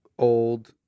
old